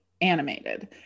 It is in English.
animated